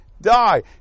die